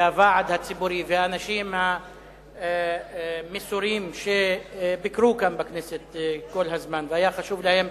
והוועד הציבורי והאנשים המסורים שביקרו כאן בכנסת כל הזמן והיה חשוב להם